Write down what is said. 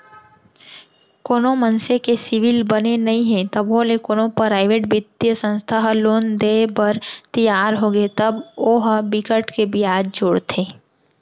कोनो मनसे के सिविल बने नइ हे तभो ले कोनो पराइवेट बित्तीय संस्था ह लोन देय बर तियार होगे तब ओ ह बिकट के बियाज जोड़थे